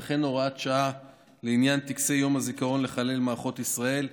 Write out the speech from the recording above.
וכן הוראת שעה לעניין טקסי יום הזיכרון לחללי מערכות ישראל.